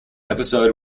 episode